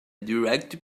direct